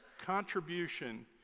contribution